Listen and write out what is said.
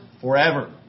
forever